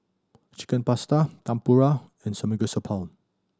Chicken Pasta Tempura and Samgeyopsal